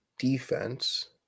Defense